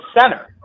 center